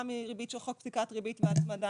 מריבית של חוק פסיקת ריבית והצמדה.